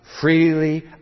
freely